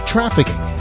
Trafficking